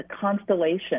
constellation